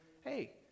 hey